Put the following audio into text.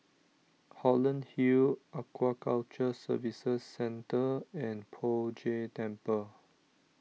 Holland Hill Aquaculture Services Centre and Poh Jay Temple